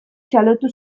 txalotu